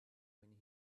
when